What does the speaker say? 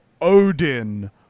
Odin